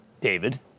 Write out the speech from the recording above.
David